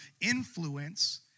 influence